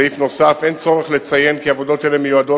סעיף נוסף: אין צורך לציין כי עבודות אלה מיועדות